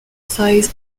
size